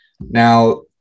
Now